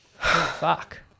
Fuck